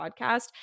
podcast